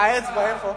האצבע איפה?